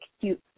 cute